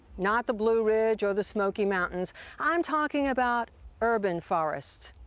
not the blue ridge or the smoky mountains i'm talking about urban forests.